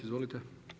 Izvolite.